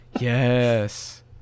Yes